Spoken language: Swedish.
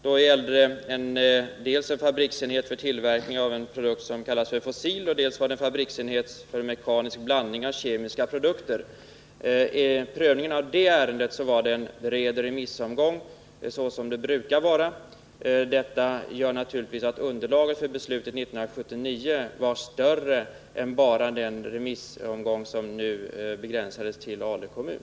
Då gällde det dels en fabriksenhet för tillverkning av en produkt som kallas fozzil, dels en fabriksenhet för mekanisk blandning av kemiska produkter. Vid prövningen av det ärendet var det en bred remissomgång, som det brukar vara. Detta gör naturligtvis att underlaget för beslutet 1979 var större än bara den remissomgång som nu begränsades till Ale kommun.